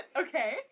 Okay